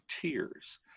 tears